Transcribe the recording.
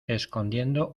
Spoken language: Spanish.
escondiendo